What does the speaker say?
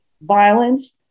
violence